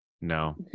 No